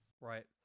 Right